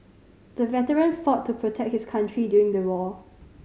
the veteran fought to protect his country during the war